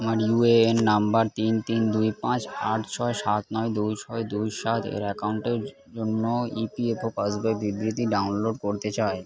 আমার UAN number তিন তিন দুই পাঁচ আট ছয় সাত নয় দুই ছয় দুই সাত এর অ্যাকাউন্টের জন্য ইপিএফও পাস বইয়ের বিবৃতি ডাউনলোড করতে চাই